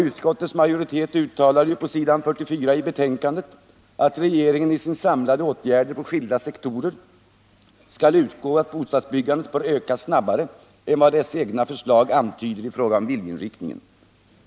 Utskottet uttalar på s. 44 i betänkandet att ”regeringen i sina samlade åtgärder på skilda sektorer skall utgå från att bostadsbyggandet bör öka snabbare än vad dess egna förslag antyder i fråga om viljeinriktningen”.